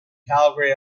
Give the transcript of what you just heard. calgary